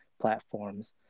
platforms